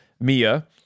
Mia